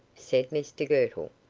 said mr girtle,